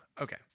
okay